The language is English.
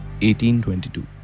1822